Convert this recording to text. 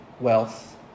wealth